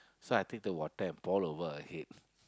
so I take the water and pour over her head